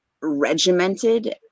regimented